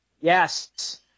Yes